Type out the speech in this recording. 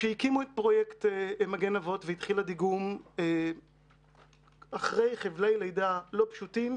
כשהקימו את פרויקט מגן אבות והתחיל הדיגום אחרי חבלי לידה לא פשוטים,